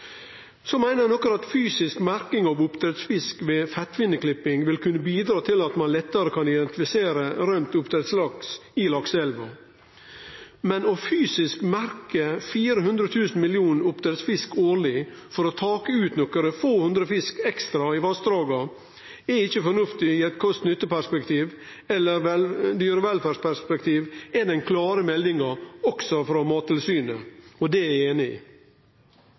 at fysisk merking av oppdrettsfisk ved feittfinneklipping vil kunne bidra til at ein lettare kan identifisere rømd oppdrettslaks i lakseelver, men å fysisk merke 400 000 millionar oppdrettsfisk årleg for å ta ut nokre hundre fisk ekstra i vassdraga er ikkje fornuftig i eit kost–nytte-perspektiv eller dyrevelferdsperspektiv, er den klare meldinga frå Mattilsynet. Det er eg einig i.